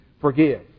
forgive